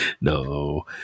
no